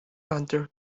under